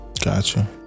Gotcha